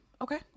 okay